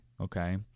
okay